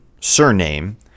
surname